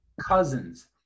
Cousins